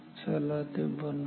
चला ते बनवूया